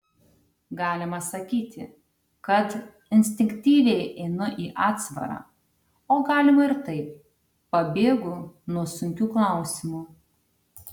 galima sakyti kad instinktyviai einu į atsvarą o galima ir taip pabėgu nuo sunkių klausimų